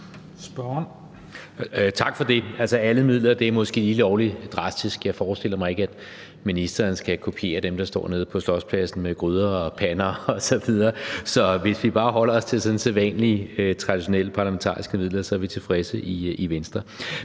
Tak for det. Altså, alle midler er måske lige lovlig drastisk. Jeg forestiller mig ikke, at ministeren skal kopiere dem, der står nede på Slotspladsen med gryder og pander osv. Så hvis vi bare holder os til sådan sædvanlige, traditionelle parlamentariske midler, er vi tilfredse i Venstre.